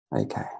Okay